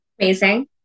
Amazing